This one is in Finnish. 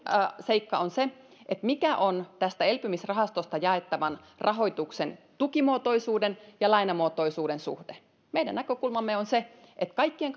seikka on se mikä on tästä elpymisrahastosta jaettavan rahoituksen tukimuotoisuuden ja lainamuotoisuuden suhde meidän näkökulmamme on se että kaikkien